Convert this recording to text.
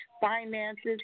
finances